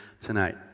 tonight